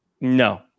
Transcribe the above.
no